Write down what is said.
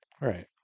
Right